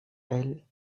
elles